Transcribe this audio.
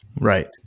Right